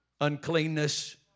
uncleanness